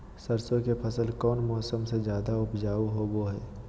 सरसों के फसल कौन मौसम में ज्यादा उपजाऊ होबो हय?